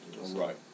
Right